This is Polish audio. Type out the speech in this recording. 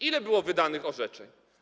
Ile było wydanych orzeczeń?